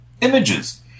images